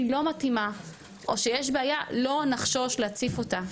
לא מתאימה או שיש בעיה לא נחשוש להציף אותה,